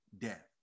death